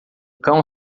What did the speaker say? cão